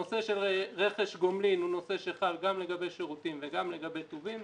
הנושא של רכש גומלין הוא נושא שחל גם לגבי שירותים וגם לגבי טובין,